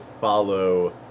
follow